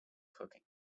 cooking